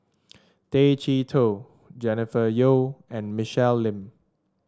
Tay Chee Toh Jennifer Yeo and Michelle Lim